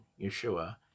Yeshua